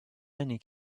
many